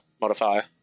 modifier